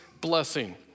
blessing